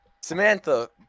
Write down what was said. Samantha